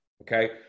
Okay